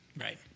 Right